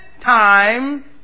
time